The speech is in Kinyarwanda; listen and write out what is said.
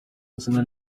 izina